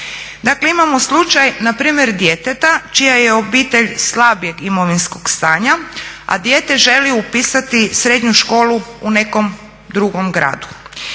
imamo slučaj npr. djeteta čija je obitelj slabijeg imovinskog stanja a dijete želi upisati srednju školu u nekom drugom gradu.